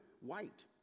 white